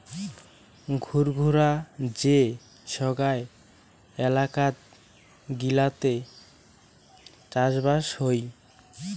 ঘুরঘুরা যে সোগায় এলাকাত গিলাতে চাষবাস হই